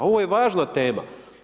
Ovo je važna tema.